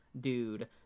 dude